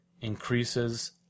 increases